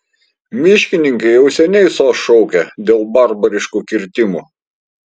miškininkai jau seniai sos šaukia dėl barbariškų kirtimų